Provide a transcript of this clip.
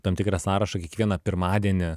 tam tikrą sąrašą kiekvieną pirmadienį